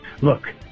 Look